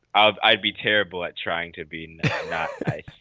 i'd i'd be terrible at trying to be ok